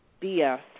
BS